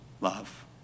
love